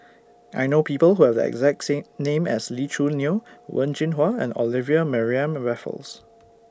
I know People Who Have The exact same name as Lee Choo Neo Wen Jinhua and Olivia Mariamne Raffles